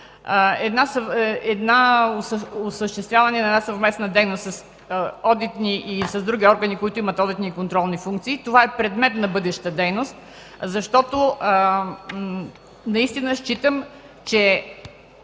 бъде осъществяването на една съвместна дейност с одитни и с други органи, които имат одитни и контролни функции. Това е предмет на бъдеща дейност, защото считам, че